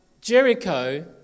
Jericho